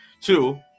Two